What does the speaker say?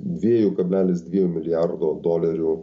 dviejų kablelis dviejų milijardų dolerių